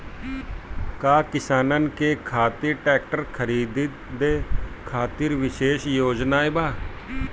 का किसानन के खातिर ट्रैक्टर खरीदे खातिर विशेष योजनाएं बा?